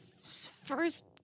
first